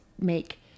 make